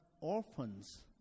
orphans